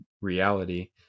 reality